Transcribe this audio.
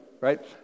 right